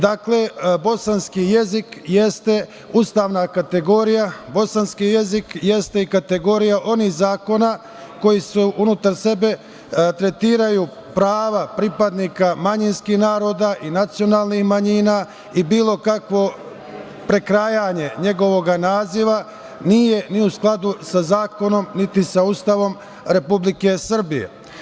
Dakle, bosanski jezik jeste ustavna kategorija, bosanski jezik jeste i kategorija onih zakona koji unutar sebe tretiraju prava pripadnika manjinskih naroda i nacionalnih manjina i bilo kakvo prekrajanje njegovog naziva nije ni u skladu sa zakonom, niti sa Ustavom Republike Srbije.